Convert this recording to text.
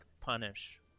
punish